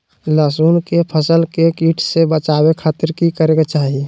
लहसुन के फसल के कीट से बचावे खातिर की करे के चाही?